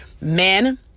men